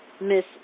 Miss